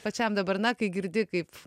pačiam dabar na kai girdi kaip